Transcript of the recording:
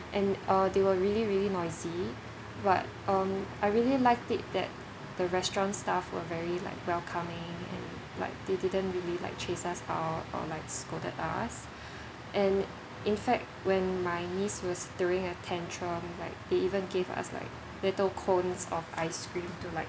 and uh they were really really noisy but um I really liked it that the restaurant staff were very like welcoming and like they didn't really like chase us out or like scolded us and in fact when my niece was throwing a tantrum like they even gave us like little cones of ice cream to like